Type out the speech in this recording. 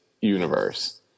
universe